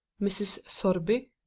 mrs. sorby,